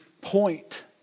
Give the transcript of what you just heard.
point